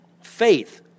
faith